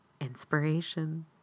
inspiration